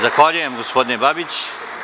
Zahvaljujem gospodine Babiću.